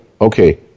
okay